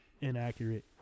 Inaccurate